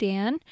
Dan